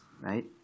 right